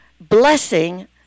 blessing